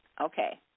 Okay